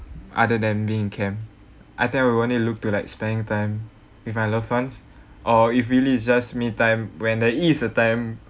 other than being in camp I think I will only look to like spending time with my loved ones or if really it's just me time when there is a time